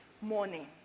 morning